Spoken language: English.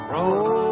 Roll